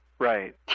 Right